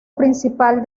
principal